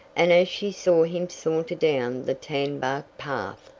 and as she saw him saunter down the tan-barked path,